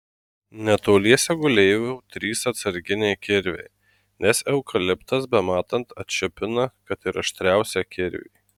netoliese gulėjo trys atsarginiai kirviai nes eukaliptas bematant atšipina kad ir aštriausią kirvį